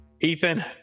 Ethan